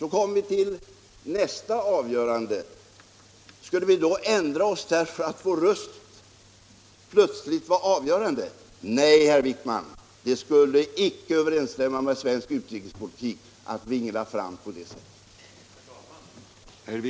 Skulle vi sedan vid nästa avgörande ändra oss därför att vår röst plötsligt var avgörande? Nej, herr Wijkman, det skulle icke överensstämma med svensk utrikespolitik att vingla fram på det sättet.